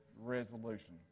resolution